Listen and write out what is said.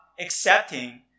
accepting